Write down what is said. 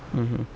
mmhmm